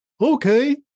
Okay